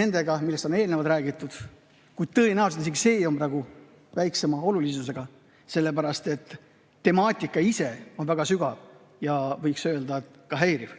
nendega, millest on eelnevalt räägitud. Kuid tõenäoliselt on isegi see praegu väiksema olulisusega, sellepärast et temaatika ise on väga sügav ja võiks öelda, et ka häiriv.